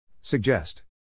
Suggest